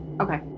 okay